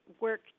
work